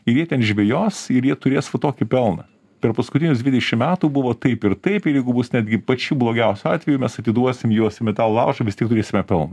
ir jie ten žvejos ir jie turės va tokį pelną per paskutinius dvidešim metų buvo taip ir taip ir jeigu bus netgi pačiu blogiausiu atveju mes atiduosim juos į metalo laužą vis tiek turėsime pelną